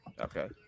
Okay